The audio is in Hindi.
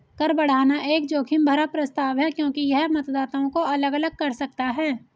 कर बढ़ाना एक जोखिम भरा प्रस्ताव है क्योंकि यह मतदाताओं को अलग अलग कर सकता है